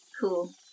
Cool